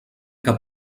què